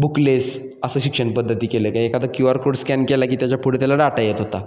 booklets असं शिक्षण पद्धती केलं का एखादा क्यू आर कोड स्कॅन केला की त्याच्या पुढे त्याला डाटा येत होता